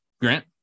Grant